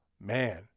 man